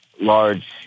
large